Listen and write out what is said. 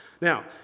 Now